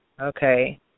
Okay